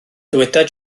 dyweda